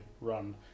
run